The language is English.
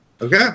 Okay